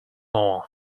more